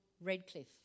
Redcliffe